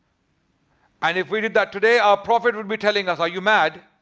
and if we did that today our prophet would be telling us, are you mad?